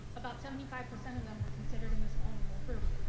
about seventy five percent of them were considered in this vulnerable group.